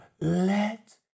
Let